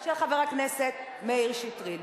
של חבר הכנסת מאיר שטרית.